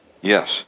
Yes